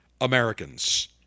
Americans